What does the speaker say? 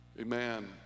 Amen